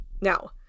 Now